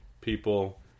people